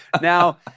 Now